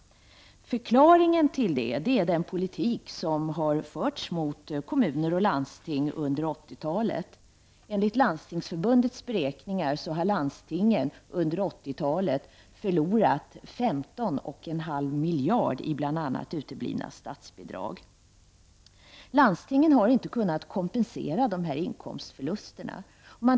Förklaringen till det är den politik som har förts gentemot kommuner och landsting under 80-talet. Enligt Landstingsförbundets beräkningar har landstingen under 80-talet förlorat 15,5 miljarder i bl.a. uteblivna statsbidrag. Landstingen har inte kunnat kompensera sig för dessa inkomstförluster.